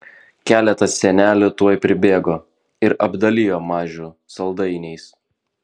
keletas senelių tuoj pribėgo ir apdalijo mažių saldainiais